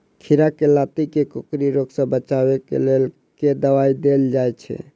खीरा केँ लाती केँ कोकरी रोग सऽ बचाब केँ लेल केँ दवाई देल जाय छैय?